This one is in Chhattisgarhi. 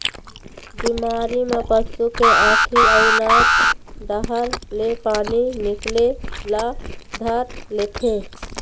बिमारी म पशु के आँखी अउ नाक डहर ले पानी निकले ल धर लेथे